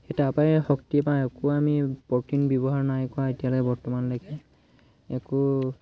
সেই তাৰপৰাই শক্তি পাওঁ একো আমি প্ৰটিন ব্যৱহাৰ নাই কৰা এতিয়ালৈ বৰ্তমানলৈকে একো